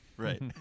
Right